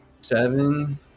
seven